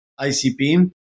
ICP